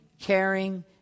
caring